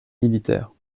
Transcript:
militaire